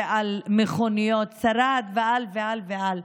על מכוניות שרד ועל ועל ועל.